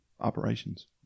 operations